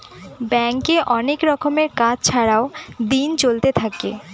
ব্যাঙ্কে অনেক রকমের কাজ ছাড়াও দিন চলতে থাকে